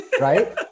right